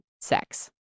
sex